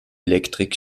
elektrik